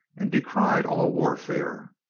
and decried all warfare.